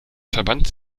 verband